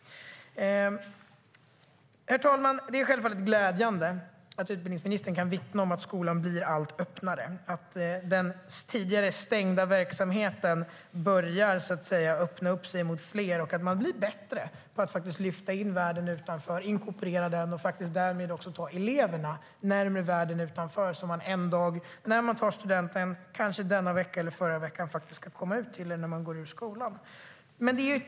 Herr talman! Det är självfallet glädjande att utbildningsministern kan vittna om att skolan blir allt öppnare. Den tidigare stängda verksamheten börjar så att säga öppna upp sig mot fler. Man blir bättre på att lyfta in världen utanför, inkorporera den och därmed också ta eleverna närmare världen utanför. Då kan de en dag, när de tar studenten - kanske denna vecka eller i förra veckan - komma ut i den när de går ut skolan.